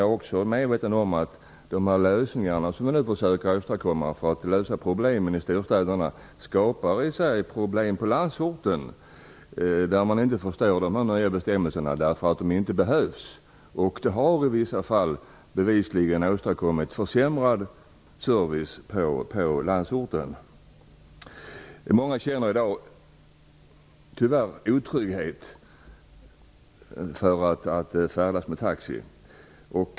Jag är också medveten om att de åtgärder som vi nu försöker åstadkomma för att lösa problemen i storstäderna skapar problem på landsorten. Där förstår man inte de nya bestämmelserna eftersom de inte behövs. I vissa fall har de bevisligen åstadkommit en försämrad service på landsorten. Tyvärr känner många i dag en otrygghet inför att färdas med taxi.